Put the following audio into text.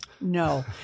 No